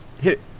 hit